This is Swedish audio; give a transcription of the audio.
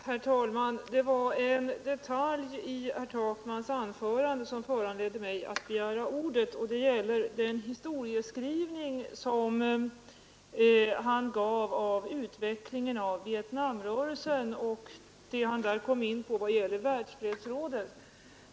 Herr talman! En detalj i herr Takmans anförande föranledde mig att begära ordet. Jag avser den historieskrivning han gjorde av vietnamrörelsens utveckling och det han kom in på beträffande Världsfredsrådet.